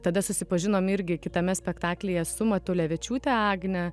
tada susipažinom irgi kitame spektaklyje su matulevičiūte agne